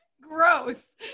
gross